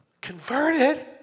converted